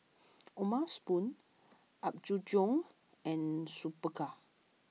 O'ma Spoon Apgujeong and Superga